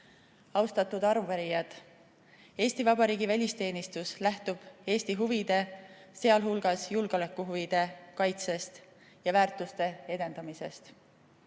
Austatud arupärijad! Eesti Vabariigi välisteenistus lähtub Eesti huvide, sh julgeolekuhuvide kaitsest ja väärtuste edendamisest.